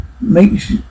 makes